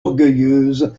orgueilleuse